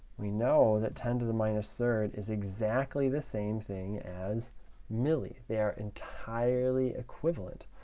we know that ten to the minus third is exactly the same thing as milli. they are entirely equivalent.